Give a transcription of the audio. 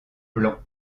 blancs